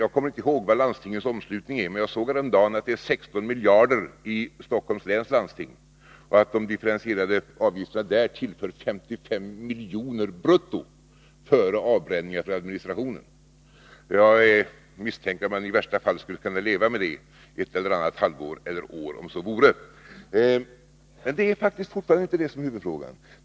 Jag kommer inte ihåg vad landstingens omslutning är, men jag såg häromdagen att den i Stockholms läns landsting är 16 miljarder och att de differentierade avgifterna där tillför landstinget 55 miljarder brutto före avbränningar för administrationen. Jag misstänker att man i värsta fall skulle kunna leva med vårt förslag ett eller annat halvår eller år, om så vore. Men det är faktiskt fortfarande inte det som är huvudfrågan.